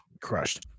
crushed